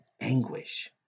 anguish